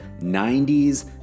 90s